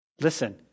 Listen